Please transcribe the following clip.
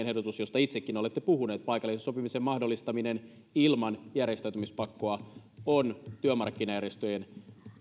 ehdotus josta itsekin olette puhuneet paikallisen sopimisen mahdollistaminen ilman järjestäytymispakkoa on työmarkkinajärjestöjen